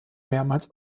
mehrmals